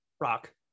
Rock